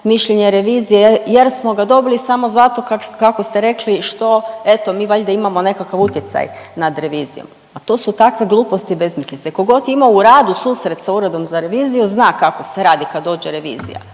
mišljenje revizije jer smo ga dobili samo zato kako ste rekli što eto mi valjda imamo nekakav utjecaj nad revizijom. Pa to su takve gluposti i besmislice. Tko god je imao u radu susret sa Uredom za reviziju zna kako se radi kad dođe revizija.